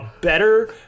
better